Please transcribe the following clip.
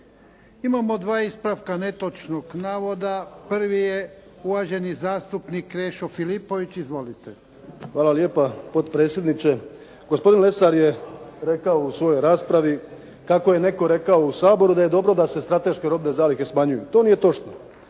Imamo dva ispravka netočnog navoda. Prvi je uvaženi zastupnik Krešo Filipović. Izvolite. **Filipović, Krešo (HDZ)** Hvala lijepa potpredsjedniče. Gospodin Lesar je rekao u ovoj raspravi kako je netko rekao u Saboru da je dobro da se strateške robne zalihe smanjuju. To nije točno.